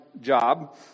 job